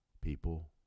people